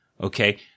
okay